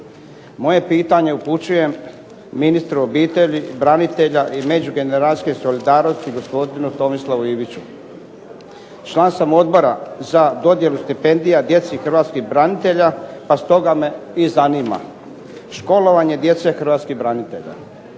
Moje pitanje upućujem ministru obitelji, branitelja i međugeneracijske solidarnosti gospodinu Tomislavu Iviću. Član sam Odbora za dodjelu stipendija djeci hrvatskih branitelja, pa stoga me i zanima školovanje djece hrvatskih branitelj.